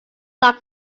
like